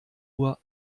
uhr